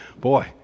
Boy